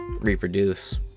reproduce